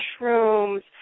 mushrooms